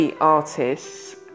artists